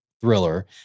thriller